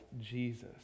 Jesus